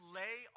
lay